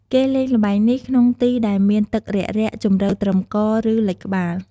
គេលេងល្បែងនេះ ក្នុងទីដែលមានទឹករាក់ៗ ជម្រៅត្រឹមក ឬលិចក្បាល ។